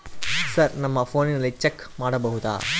Sir ನಮ್ಮ ಫೋನಿನಲ್ಲಿ check ಮಾಡಬಹುದಾ?